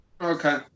Okay